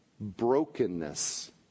Brokenness